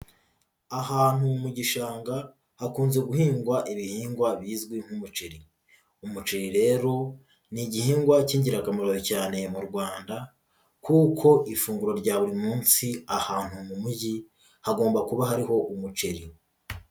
Ahantu mu gishanga hakunze guhingwa ibihingwa bizwi nk'umuceri, umuceri rero ni igihingwa k'ingirakamaro cyane mu Rwanda kuko ifunguro rya buri munsi ahantu mu mujyi hagomba kuba hariho umuceri.